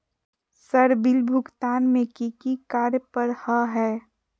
Sir bill भुगतान में की की कार्य पर हहै?